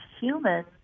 humans